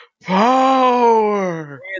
Power